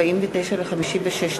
אלקטרונית.